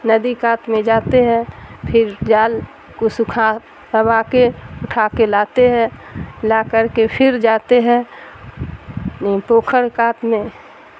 ندی کات میں جاتے ہیں پھر جال کو سکھا روا کے اٹھا کے لاتے ہیں لا کر کے پھر جاتے ہے پوکھر کات میں